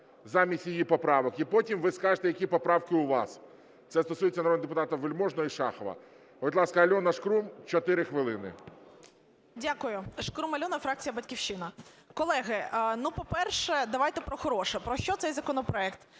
замість її поправок, і потім ви скажете, які поправки у вас. Це стосується народних депутатів Вельможного і Шахова. Будь ласка, Альона Шкрум, 4 хвилини. 16:12:11 ШКРУМ А.І. Дякую. Шкрум Альона, фракція "Батьківщина". Колеги, по-перше, давайте про хороше. Про що цей законопроект?